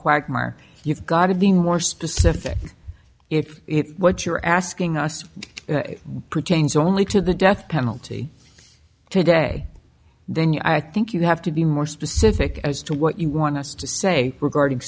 quagmire you've got to be more specific if what you're asking us pertains only to the death penalty today then yeah i think you have to be more specific as to what you want us to say regarding